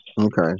Okay